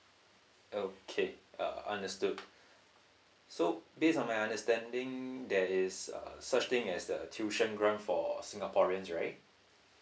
okay uh understood so based on my understanding that is err such thing as a tuition grant for singaporeans right